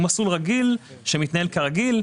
הוא מסלול רגיל, שמתנהל כרגיל.